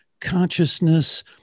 consciousness